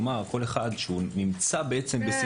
כלומר, כל אחד שנמצא בסיטואציה